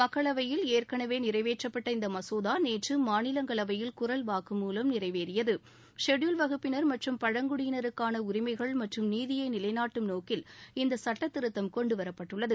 மக்களவையில் ஏற்கனவே நிறைவேற்றப்பட்ட இந்த மசோதா நேற்று மாநிலங்களவையில் குரல் வாக்கு மூவம் நிறைவேறியது ஷெப்பூவ்ட் வகுப்பினர் மற்றும் பழங்குடியினருக்கான உரிமைகள் மற்றும் நீதியை நிலைநாட்டும் நோக்கில் இந்த சட்டத்திருத்தம் கொண்டுவரப்பட்டுள்ளது